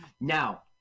Now